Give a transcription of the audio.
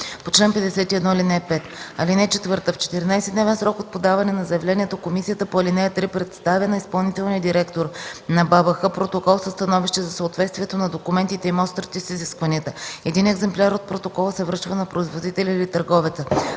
по чл. 51, ал. 5. (4) В 14-дневен срок от подаване на заявлението, комисията по ал. 3 представя на изпълнителния директор на БАБХ протокол със становище за съответствието на документите и мострите с изискванията. Един екземпляр от протокола се връчва на производителя или търговеца.